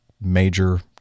major